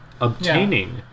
obtaining